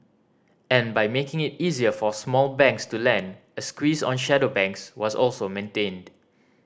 and by making it easier for small banks to lend a squeeze on shadow banks was also maintained